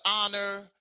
honor